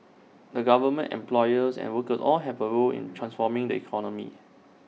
the government employers and workers all have A role in transforming the economy